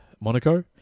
Monaco